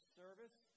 service